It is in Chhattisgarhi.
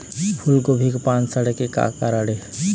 फूलगोभी के पान सड़े के का कारण ये?